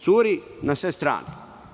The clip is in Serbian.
Curi na sve strane.